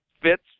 fits